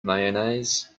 mayonnaise